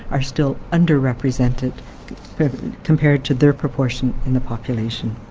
are still under-represented compared to their proportion in the population.